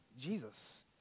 Jesus